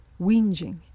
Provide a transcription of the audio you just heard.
whinging